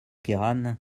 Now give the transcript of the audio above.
queyranne